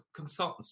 consultancy